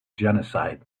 genocide